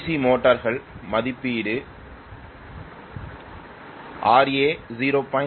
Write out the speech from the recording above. C மோட்டார்கள் மதிப்பீடு Ra 0